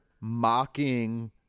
mocking